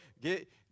get